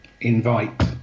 invite